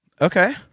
Okay